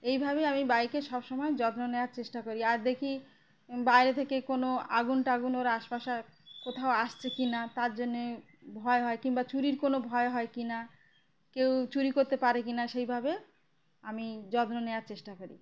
এইভাবে আমি বাইকের সবসময় যত্ন নেওয়ার চেষ্টা করি আর দেখি বাইরে থেকে কোনো আগুন টাগুন ওর আশপাশে কোথাও আসছে কি না তার জন্যে ভয় হয় কিংবা চুরির কোনো ভয় হয় কি না কেউ চুরি করতে পারে কি না সেইভাবে আমি যত্ন নেওয়ার চেষ্টা করি